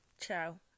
ciao